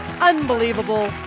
Unbelievable